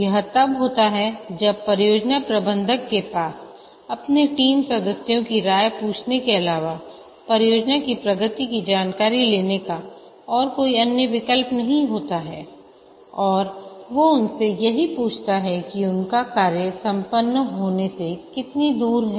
यह तब होता है जब परियोजना प्रबंधक के पास अपने टीम सदस्यों की राय पूछने के अलावा परियोजना की प्रगति की जानकारी लेने का और कोई अन्य विकल्प नहीं होता है और वो उनसे यही पूछता है कि उनका कार्य संपन्न होने से कितनी दूर है